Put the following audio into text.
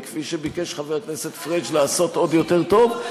וכפי שביקש חבר הכנסת פריג' לעשות עוד יותר טוב.